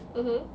mmhmm